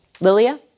Lilia